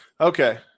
okay